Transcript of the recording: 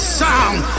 sound